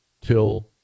till